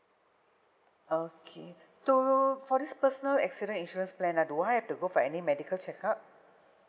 okay so for this personal accident insurance plan ah do I have to go for any medical checkup